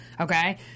Okay